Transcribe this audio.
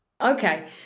Okay